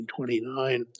1929